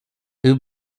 who